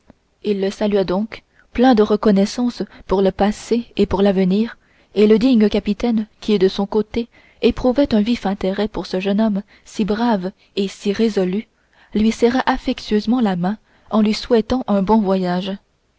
il le salua donc plein de reconnaissance pour le passé et pour l'avenir et le digne capitaine qui de son côté éprouvait un vif intérêt pour ce jeune homme si brave et si résolu lui serra affectueusement la main en lui souhaitant un bon voyage